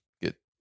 get